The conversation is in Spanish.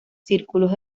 círculos